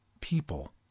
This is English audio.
people